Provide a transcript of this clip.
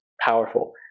powerful